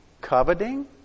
coveting